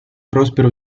prospero